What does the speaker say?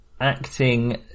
acting